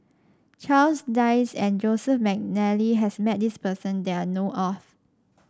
Charles Dyce and Joseph McNally has met this person that I know of